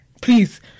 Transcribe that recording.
please